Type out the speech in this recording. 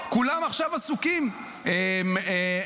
כולם עכשיו עסוקים --- עליזה.